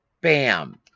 Bam